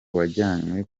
wajyanywe